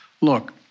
Look